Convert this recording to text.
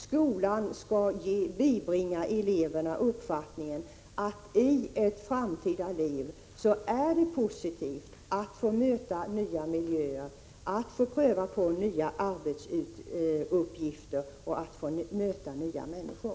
Skolan skall bibringa eleverna uppfattningen att det i deras framtida liv är positivt att få se nya miljöer, pröva nya arbetsuppgifter och möta nya människor.